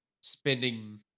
spending